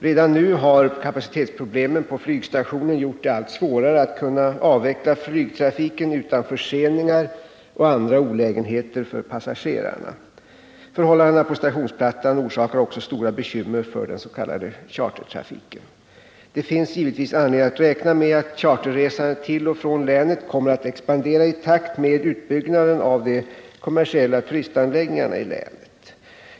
Redan nu har kapacitetsproblemen på flygstationen gjort det allt svårare att upprätthålla flygtrafiken utan förseningar och andra olägenheter för passagerarna. Förhållandena på stationsplattan orsakar också stora bekymmer för den s.k. chartertrafiken. Det finns givetvis anledning att räkna med att charterresandet till och från länet kommer att expandera i takt med utbyggnaden av de kommersiella turistanläggningarna i länet.